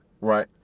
Right